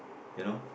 you know